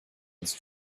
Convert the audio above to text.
its